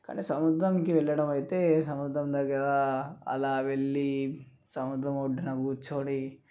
కానీ సముద్రానికి వెళ్ళడం అయితే సముద్రం దగ్గర అలా వెళ్ళి సముద్రం ఒడ్డున కూర్చోని